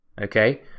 okay